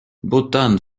бутан